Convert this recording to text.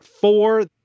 four